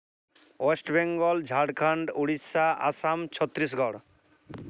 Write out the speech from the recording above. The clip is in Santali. ᱳᱭᱮᱥᱴ ᱵᱮᱝᱜᱚᱞ ᱡᱷᱟᱲᱠᱷᱚᱸᱰ ᱳᱰᱤᱥᱟ ᱟᱥᱟᱢ ᱪᱷᱚᱛᱨᱤᱥᱜᱚᱲ